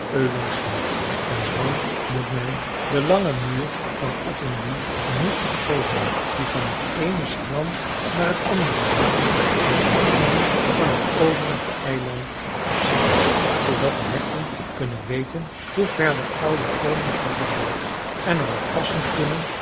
ölandswind en dan moet men den langen muur van ottenby niet vergeten die van t eene strand naar het andere loopt en ottenby van het overige eiland afscheidt zoodat de herten kunnen weten hoe ver de oude koningshoeve loopt en er op passen kunnen